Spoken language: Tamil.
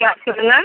ஹலோ சொல்லுங்கள்